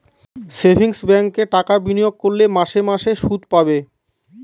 savings ব্যাঙ্কে টাকা বিনিয়োগ করলে মাসে মাসে শুদ পাবে